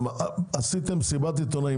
עשיתם מסיבת עיתונאים,